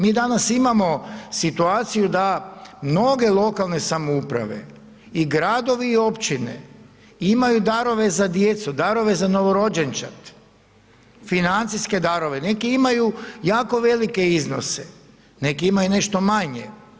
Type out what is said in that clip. Mi danas imamo situaciju da mnoge lokalne samouprave, i gradovi i općine imaju darove za djecu, darove za novorođenčad, financijske darove, neki imaju jako velike iznose, neki imaju nešto manje.